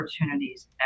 opportunities